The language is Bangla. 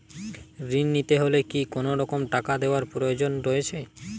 ঋণ নিতে হলে কি কোনরকম টাকা দেওয়ার প্রয়োজন রয়েছে?